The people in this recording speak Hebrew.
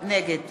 נגד